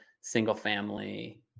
single-family